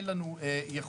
אין לנו יכולת,